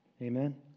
Amen